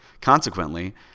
Consequently